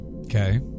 Okay